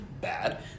bad